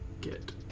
get